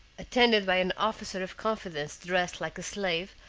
attended by an officer of confidence dressed like a slave,